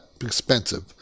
expensive